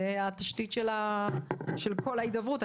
זה התשתית של כל ההידברות.